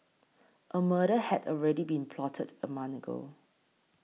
a murder had already been plotted a month ago